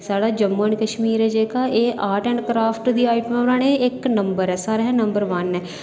साढ़ा जम्मू एंड कशमीर ऐ जेह्का एह् आर्ट एंड क्रॉफ्ट दी आइटमां बनाने गी इक्क नंबर ऐ सारें कशा नंबर वन ऐ